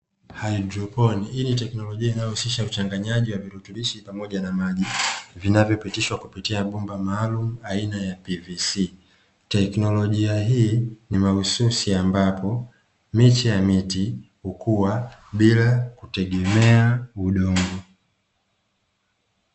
Haidroponi, hii ni tekinolojia inayohusisha uchanganyaji wa maji pamoja na vilutubishi vinavyopitishwa kupitia bomba maalumu aina ya PVC, tekinolojia hii ni mahususi ambapo miche ya miti hukua bila kutegemea udongo.